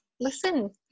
listen